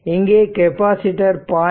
இங்கே கெப்பாசிட்டர் 0